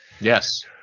Yes